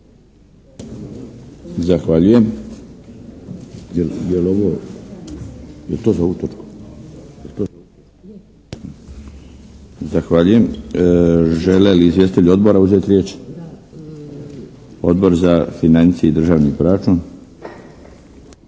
Zahvaljujem. Zahvaljujem. Žele li izvjestitelji Odbora uzeti riječ? Odbor za financije i državni proračun.